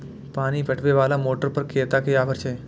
पानी पटवेवाला मोटर पर केतना के ऑफर छे?